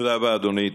תודה רבה, אדוני.